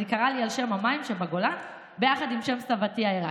אז היא קראה לי על שם המים שבגולן ביחד עם שם סבתי העיראקית,